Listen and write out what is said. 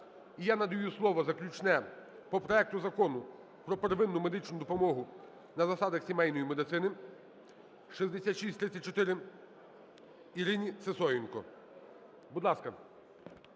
І я надаю слово заключне по проекту Закону про первинну медичну допомогу на засадах сімейної медицини (6634) Ірині Сисоєнко. Будь ласка.